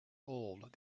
old